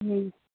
હ